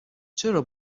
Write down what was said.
چرا